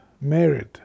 married